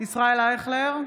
ישראל אייכלר,